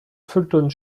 fulton